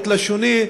מיעוט לשוני,